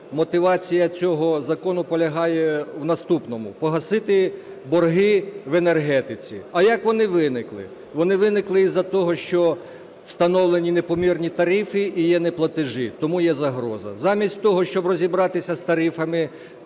мотивація цього закону полягає в наступному: погасити борги в енергетиці. А як вони виникли? Вони виникли із-за того, що встановлені непомірні тарифи і є неплатежі – тому є загроза. Замість того, щоб розібратися з тарифами